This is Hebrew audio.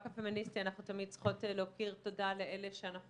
הפמיניסטי אנחנו תמיד צריכות להוקיר תודה על אלה שאנחנו